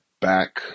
back